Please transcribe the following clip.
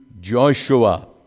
Joshua